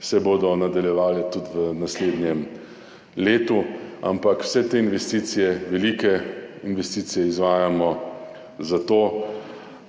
se bodo nadaljevale tudi v naslednjem letu. Ampak vse te investicije, velike investicije izvajamo zato,